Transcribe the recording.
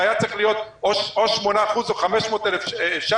זה היה צריך להיות או 8% או 500,000 שקלים,